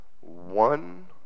one